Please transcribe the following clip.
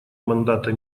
мандата